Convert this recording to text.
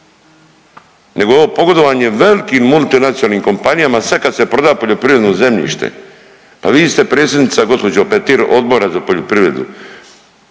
nego ovo pogodovanje velikim multinacionalnim kompanijama sad kad se proda poljoprivredno zemljište. Pa vi ste predsjednica gđo. Petir Odbora za poljoprivredu,